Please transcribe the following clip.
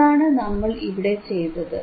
അതാണ് നമ്മൾ ഇവിടെ ചെയ്തത്